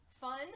Fun